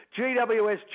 GWS